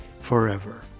forever